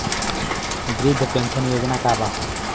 वृद्ध पेंशन योजना का बा?